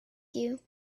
you